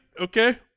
Okay